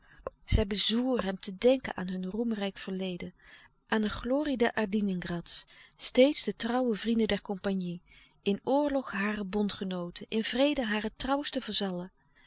zij bezwoer hem te denken aan hun roemrijk verleden aan de glorie der adiningrats steeds de trouwe vrienden der compagnie in oorlog hare bondgenooten in vrede hare trouwste vazallen